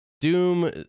Doom